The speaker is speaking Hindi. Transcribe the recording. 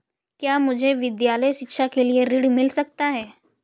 क्या मुझे विद्यालय शिक्षा के लिए ऋण मिल सकता है?